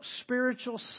spiritual